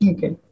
Okay